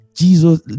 Jesus